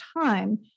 time